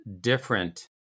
different